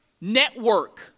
network